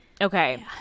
Okay